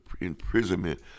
imprisonment